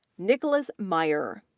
nicholas meier,